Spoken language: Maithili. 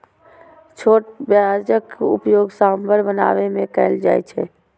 छोट प्याजक उपयोग सांभर बनाबै मे कैल जाइ छै